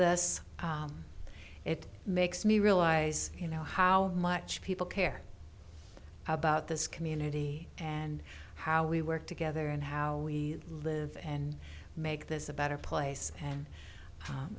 this it makes me realize you know how much people care about this community and how we work together and how we live and make this a better place and